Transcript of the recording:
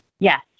Yes